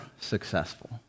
successful